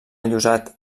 llosat